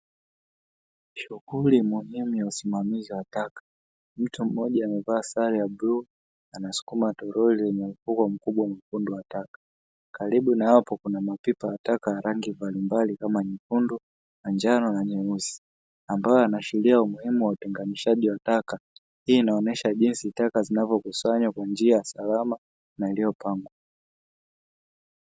Shughuli muhimu ya usimamizi wa taka mtu mmoja amevaa sare ya bluu anasukuma toroli lenye mfuko mkubwa mwekundu wa taka, karibu na hapo kuna mapipa ya taka ya rangi mbalimbali kama nyekundu, njano na nyeusi ambayo yanaashiria umuhimu wa utenganishaji wa taka, hii inaonyesha jinsi taka zinavyokusanywa kwa njia salama na iliyopangwa.